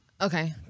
Okay